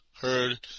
heard